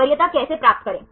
वरीयता कैसे प्राप्त करें